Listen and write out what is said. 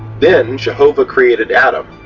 then jehovah created adam,